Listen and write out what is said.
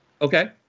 Okay